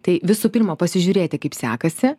tai visų pirma pasižiūrėti kaip sekasi